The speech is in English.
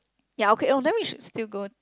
ya okay oh then we should still go